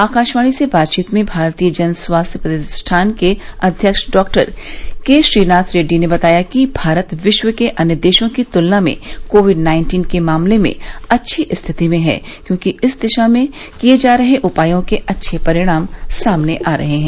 आकाशवाणी से बातचीत में भारतीय जन स्वास्थ्य प्रतिष्ठान के अध्यक्ष डाक्टर के श्रीनाथ रेड्डी ने बताया कि भारत विश्व के अन्य देशों की तुलना में कोविड नाइन्टीन के मामले में अच्छी स्थिति में है क्योंकि इस दिशा में किए जा रहे उपायों के अच्छे परिणाम सामने आ रहे हैं